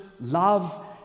love